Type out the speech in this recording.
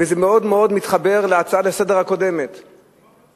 וזה מאוד מאוד מתחבר להצעה הקודמת לסדר-היום.